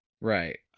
right